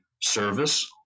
service